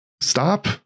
Stop